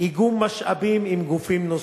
איגום משאבים עם גופים נוספים.